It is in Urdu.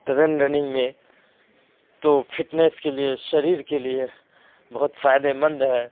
ٹرین رننگ میں تو فٹنس کے لیے شریر کے لیے بہت فائدے مند ہے